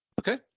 Okay